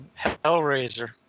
Hellraiser